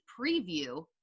preview